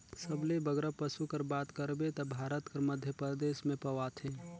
सबले बगरा पसु कर बात करबे ता भारत कर मध्यपरदेस में पवाथें